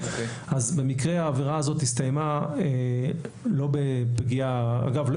במקרה העבירה הזאת הסתיימה לא בפגיעה אגב,